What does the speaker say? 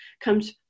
comes